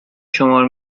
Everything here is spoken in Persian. شمار